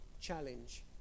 challenge